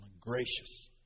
gracious